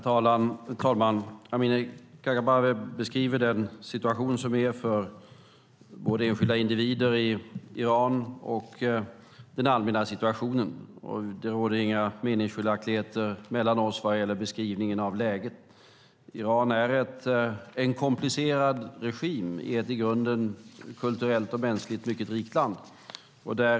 Herr talman! Amineh Kakabaveh beskriver situationen för enskilda individer i Iran och även den allmänna situationen. Det råder inga meningsskiljaktigheter mellan oss vad gäller beskrivningen av läget. Iran har en komplicerad regim, detta i ett i grunden kulturellt och mänskligt mycket rikt land.